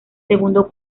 segundo